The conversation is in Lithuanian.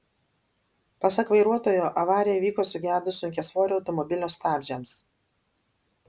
pasak vairuotojo avarija įvyko sugedus sunkiasvorio automobilio stabdžiams